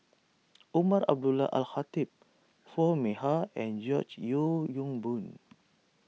Umar Abdullah Al Khatib Foo Mee Har and George Yeo Yong Boon